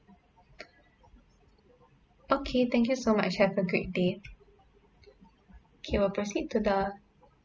okay thank you so much have a great day okay we'll proceed to the